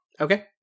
Okay